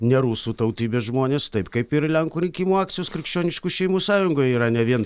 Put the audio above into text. ne rusų tautybės žmonės taip kaip ir lenkų rinkimų akcijos krikščioniškų šeimų sąjungoje yra ne vien